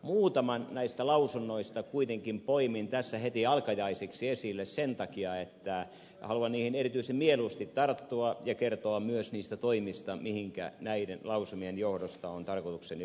muutaman näistä lausunnoista kuitenkin poimin tässä heti alkajaisiksi esille sen takia että haluan niihin erityisen mieluusti tarttua ja kertoa myös niistä toimista mihinkä näiden lausumien johdosta on tarkoitukseni ryhtyä